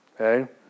okay